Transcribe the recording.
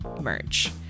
merch